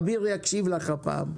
אביר יקשיב לך הפעם,